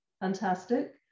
fantastic